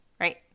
right